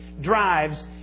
drives